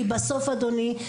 כי בסוף אדוני,